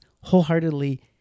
wholeheartedly